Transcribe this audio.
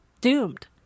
doomed